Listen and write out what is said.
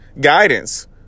guidance